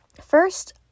first